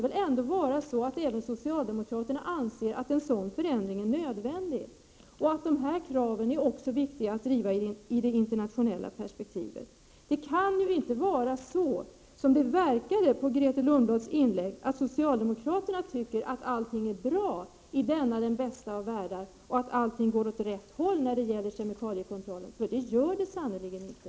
Även socialdemokraterna måste väl anse att en sådan förändring är nödvändig och att dessa krav är viktiga att driva också i det internationella perspektivet. Det kan inte vara så, som det verkade i Grethe Lundblads inlägg, att socialdemokraterna tycker att allt är bra i denna den bästa av världar och att allt går åt rätt håll när det gäller kemikaliekontrollen? Det gör det sannerligen inte.